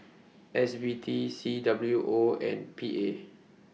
S B T C W O and P A